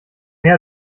her